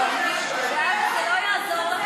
זה לא יעזור לכם,